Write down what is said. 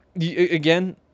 Again